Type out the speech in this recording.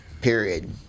Period